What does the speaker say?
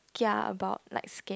kia about like scared